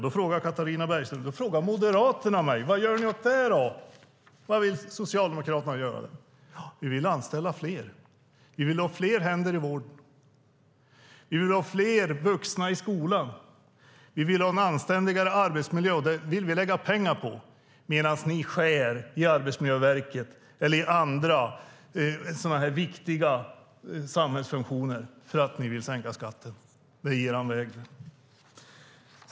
Då frågar Katarina Brännström och Moderaterna mig vad vi socialdemokrater vill göra åt det. Jo, vi vill anställa fler. Vi vill ha fler händer i vården och fler vuxna i skolan. Vi vill ha en anständigare arbetsmiljö, och det vill vi lägga pengar på - medan ni skär i Arbetsmiljöverket eller andra viktiga samhällsfunktioner för att ni vill sänka skatter. Det är er väg.